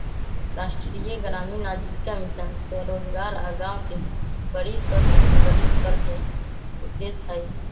राष्ट्रीय ग्रामीण आजीविका मिशन स्वरोजगार आऽ गांव के गरीब सभके संगठित करेके उद्देश्य हइ